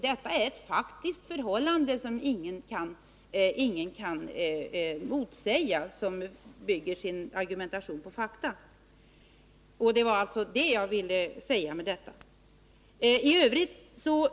Detta är ett faktiskt förhållande, som ingen kan motsäga som bygger sin argumentation på fakta. Det var det jag ville säga med detta.